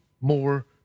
more